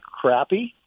crappy